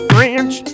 French